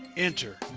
enter.